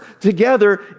together